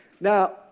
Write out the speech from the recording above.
Now